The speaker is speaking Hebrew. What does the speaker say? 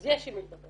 אז יש עם מי לדבר.